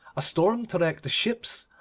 a storm to wreck the ships,